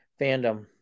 fandom